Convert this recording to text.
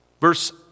Verse